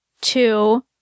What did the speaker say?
two